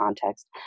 context